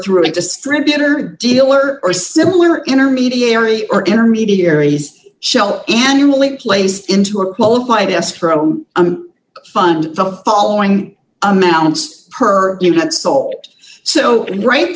through a distributor dealer or similar intermediary or intermediaries shall annually placed into a qualified escrow fund of all owing amounts per unit salt so right